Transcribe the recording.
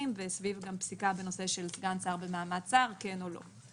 וגם סביב פסיקה בנושא של סגן שר במעמד שר כן או לא.